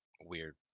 weird